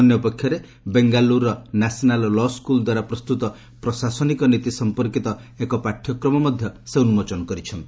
ଅନ୍ୟ ପକ୍ଷରେ ବେଙ୍ଗାଲୁରୁର ନ୍ୟାସନାଲ୍ ଲ' ସ୍କୁଲ୍ ଦ୍ୱାରା ପ୍ରସ୍ତୁତ ପ୍ରଶାସନିକ ନୀତି ସମ୍ପର୍କୀତ ଏକ ପାଠ୍ୟକ୍ରମ ଉନ୍ମୋଚନ କରିଛନ୍ତି